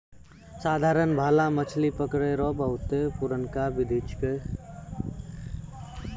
साधारण भाला मछली पकड़ै रो बहुते पुरनका बिधि छिकै